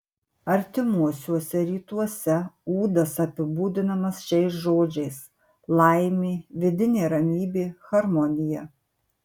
artimuosiuose rytuose ūdas apibūdinamas šiais žodžiais laimė vidinė ramybė harmonija